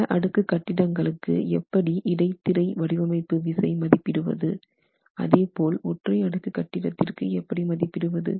பல அடுக்கு கட்டிடங்களுக்கு எப்படி இடைத்திரை வடிவமைப்பு விசை மதிப்பிடுவது அதேபோல் ஒற்றை அடுக்கு கட்டிடத்திற்கு எப்படி மதிப்பிடுவது